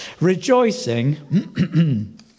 Rejoicing